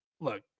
look